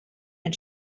and